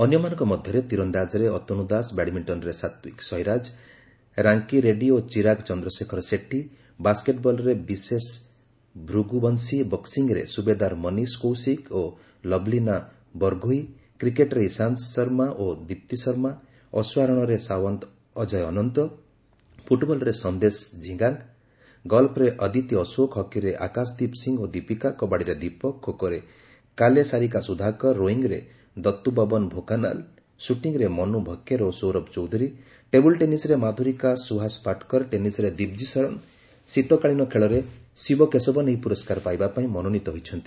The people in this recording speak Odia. ଅନ୍ୟମାନଙ୍କ ମଧ୍ୟରେ ତୀରନ୍ଦାଜରେ ଅତନୁ ଦାସ ବ୍ୟାଡମିଶ୍ଚନରେ ସାତ୍ପିକ ସୈରାଜ ରାଙ୍କି ରେଡ୍ଭୀ ଓ ଚିରାଗ ଚନ୍ଦ୍ରଶେଖର ସେଟ୍ଟି ବାସ୍କେଟବଲ୍ରେ ବିଶେଷ ଭୃଗବଂଶୀ ବକ୍ସିଂରେ ସୁବେଦାର ମନୀଷ କୌଶିକ ଓ ଲଭଲିନା ବୋରୋଗୋହି କ୍ରିକେଟ୍ରେ ଇଶାନ୍ତ ଶର୍ମା ଓ ଦୀପ୍ତି ଶର୍ମା ଅଶ୍ୱାରୋହଣରେ ସାୱନ୍ତ ଅଜୟ ଅନନ୍ତ ଫୁଟବଲରେ ସନ୍ଦେଶ ଝିଙ୍ଗାଙ୍ଗ୍ ଗଲ୍ଫରେ ଅଦିତୀ ଅଶୋକ ହକିରେ ଆକାଶଦୀପ ସିଂ ଓ ଦୀପିକା କବାଡ଼ିରେ ଦୀପକ ଖୋଖୋରେ କାଲେ ସାରିକା ସୁଧାକର ରୋଇଙ୍ଗ୍ରେ ଦତ୍ତୁ ବବନ ଭୋକାନାଲ୍ ସୁଟିଂରେ ମନୁ ଭକେର ଓ ସୌରଭ ଚୌଧୁରୀ ଟେବୁଲ୍ ଟେନିସ୍ରେ ମାଧୁରିକା ସୁହାସ ପାଟକର ଟେନିସ୍ରେ ଦିବ୍ଜୀ ଶରଣ ଶୀତକାଳୀନ ଖେଳରେ ଶିବ କେଶବନ୍ ଏହି ପୁରସ୍କାର ପାଇବା ପାଇଁ ମନୋନୀତ ହୋଇଛନ୍ତି